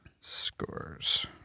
scores